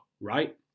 right